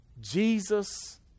jesus